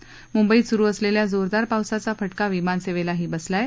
म्ंबईत स्रु असलेल्या जोरदार पावसाचा फटका विमानसेवेलाही बसला आहे